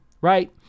Right